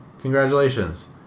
congratulations